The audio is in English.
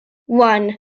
one